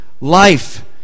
life